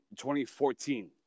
2014